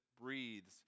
breathes